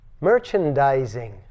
merchandising